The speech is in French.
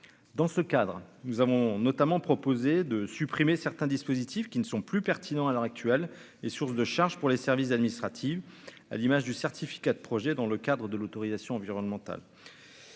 dans ce cadre, nous avons notamment proposé de supprimer certains dispositifs qui ne sont plus pertinents, à l'heure actuelle est source de charges pour les services administratifs, à l'image du certificat de projet dans le cadre de l'autorisation environnementale,